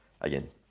again